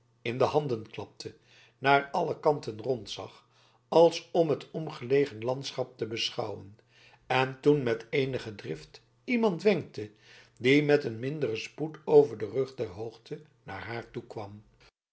in de handen klapte naar alle kanten rondzag als om het omgelegen landschap te beschouwen en toen met eenige drift iemand wenkte die met een minderen spoed over den rug der hoogte naar haar toekwam